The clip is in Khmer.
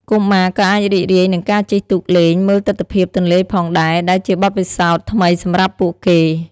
កុមារក៏អាចរីករាយនឹងការជិះទូកលេងមើលទិដ្ឋភាពទន្លេផងដែរ ដែលជាបទពិសោធន៍ថ្មីសម្រាប់ពួកគេ។